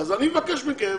אני מבקש מכם,